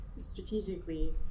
strategically